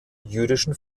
jüdischen